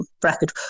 bracket